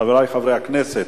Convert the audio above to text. חברי חברי הכנסת,